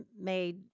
made